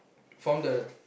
from the